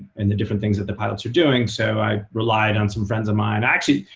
and the different things that the pilots are doing, so i relied on some friends of mine. actually,